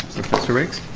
professor riggs.